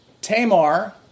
Tamar